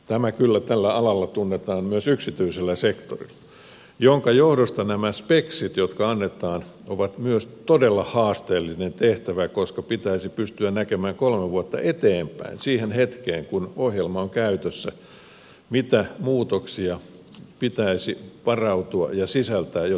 tämä kyllä tällä alalla tunnetaan myös yksityisellä sektorilla minkä johdosta nämä speksit jotka annetaan ovat myös todella haasteellinen tehtävä koska pitäisi pystyä näkemään kolme vuotta eteenpäin siihen hetkeen kun ohjelma on käytössä mihin muutoksiin pitäisi varautua ja mitä sisällyttää jo tarjouspyyntöön